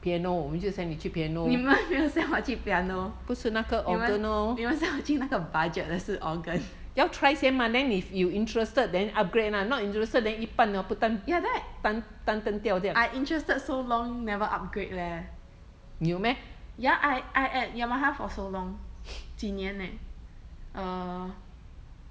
你们没有 send 我去 piano 你们你们 send 我去那个 budget 的是 organ ya then I interested so long never upgrade leh ya I I at yamaha for so long 几年 leh err